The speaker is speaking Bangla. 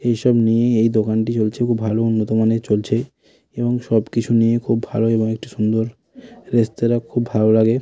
এই সব নিয়েই এই দোকানটি চলছে খুব ভালো উন্নত মানে চলছে এবং সব কিছু নিয়েই খুব ভালো এবং একটি সুন্দর রেস্তোরাঁ খুব ভালো লাগে